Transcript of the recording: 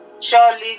Surely